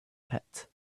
pit